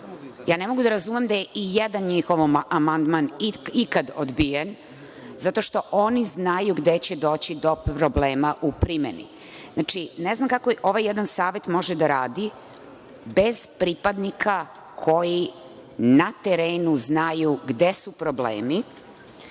Ja ne mogu da razumem da ijedan njihov amandman ikad odbijen, zato što oni znaju gde će doći do problema u primeni. Znači, ne znam kako ovaj jedan savet može da radi bez pripadnika koji na terenu znaju gde su problemi.